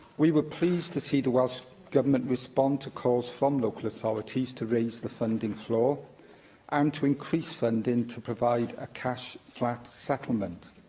we were pleased to see the welsh government respond to calls from local authorities to raise the funding floor and um to increase funding to provide a cash-flat settlement.